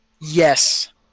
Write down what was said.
Yes